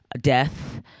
death